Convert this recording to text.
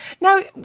now